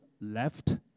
left